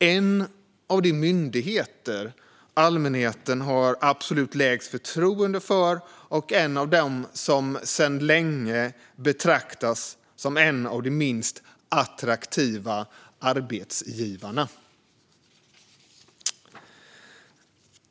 Det är en av de myndigheter som allmänheten har absolut lägst förtroende för, och en som sedan länge betraktas som en av de minst attraktiva arbetsgivarna.